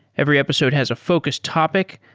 every episode has a focus topic,